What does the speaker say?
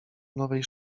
nowej